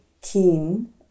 keen